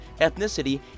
ethnicity